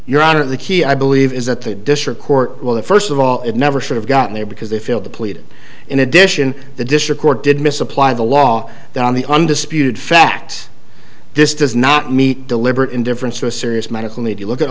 your honor the key i believe is that the district court will the first of all it never should have gotten there because they feel depleted in addition the district court did misapplied the law down the undisputed fact this does not meet deliberate indifference to a serious medical need to look at